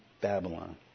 Babylon